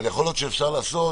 אבל יכול להיות שאפשר לעשות